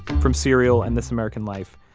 from serial and this american life,